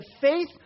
faith